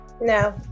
No